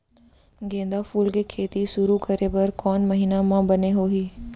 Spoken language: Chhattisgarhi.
गेंदा फूल के खेती शुरू करे बर कौन महीना मा बने होही?